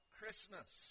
Christmas